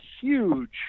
huge